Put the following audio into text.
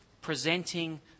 presenting